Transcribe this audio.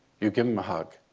you give them a hug.